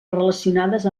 relacionades